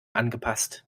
angepasst